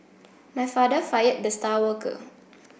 my father fired the star worker